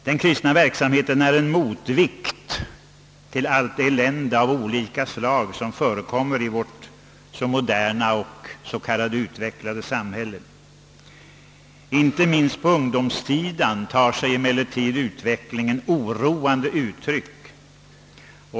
Den kristna verksamheten är en motvikt till allt det elände av olika slag som förekommer i vårt moderna och »utvecklade» samhälle. Inte minst på ungdomssidan tar sig ju utvecklingen oroande uttryck.